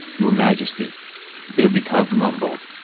your majesty bibikov mumbled,